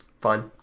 fine